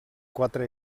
quatre